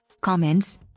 comments